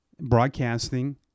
broadcasting